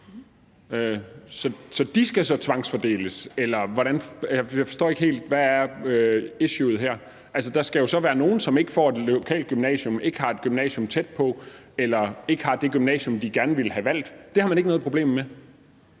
De skal så tvangsfordeles. Jeg forstår ikke helt, hvad issuet er her. Altså, der skal jo så være nogle, som ikke får det lokale gymnasium, ikke har et gymnasium tæt på eller ikke har det gymnasium, de gerne ville have valgt. Det har man ikke noget problem med?